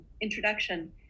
introduction